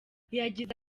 yagize